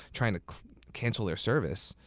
trying to cancel their service.